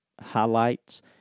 highlights